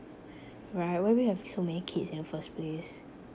right why will you have so many kids in the first place